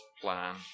plan